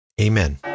Amen